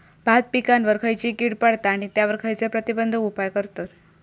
भात पिकांवर खैयची कीड पडता आणि त्यावर खैयचे प्रतिबंधक उपाय करतत?